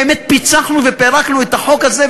באמת פיצחנו ופירקנו את החוק הזה,